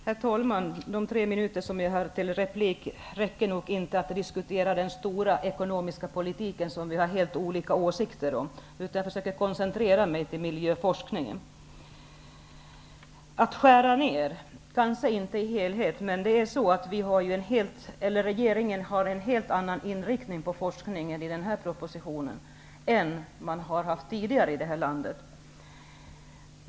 Herr talman! De tre minuter som jag har till förfogande i min replik räcker inte till för att diskutera den stora frågan om den ekonomiska politiken som vi har helt olika åsikter om. Jag får koncentrera mig på miljöforskningen. Att skära ned är kanske inte hela frågan. Men regeringen för fram en helt annan inriktning på forskningen i denna proposition än vad som tidigare har funnits i det här landet.